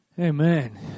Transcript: Amen